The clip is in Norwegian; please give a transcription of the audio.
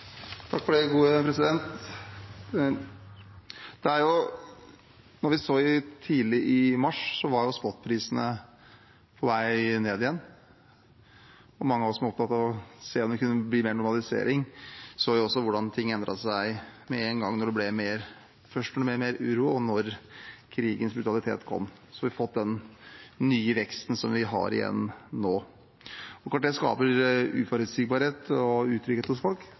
vi at spotprisene var på vei ned igjen. Mange av oss som var opptatt av å se om det kunne bli mer normalisering, så også hvordan ting med en gang endret seg da det først ble mer uro, og så da krigens brutalitet kom. Så har vi fått den nye veksten som vi igjen har nå. Det er klart at det skaper uforutsigbarhet og utrygghet hos folk;